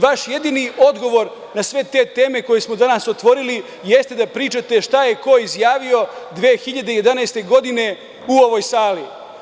Vaš jedini odgovor na sve te teme, koje smo danas otvorili, jeste da pričate šta je ko izjavio 2011. godine u ovoj sali.